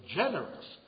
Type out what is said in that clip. generous